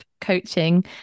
Coaching